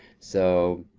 so,